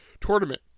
tournament